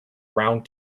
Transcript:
round